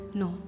no